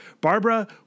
Barbara